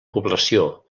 població